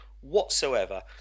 whatsoever